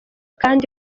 kandi